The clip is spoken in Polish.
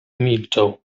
milczał